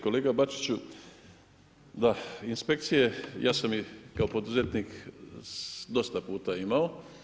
Kolega Bačiću, da, inspekcije, ja sam ih kao poduzetnik dosta puta imao.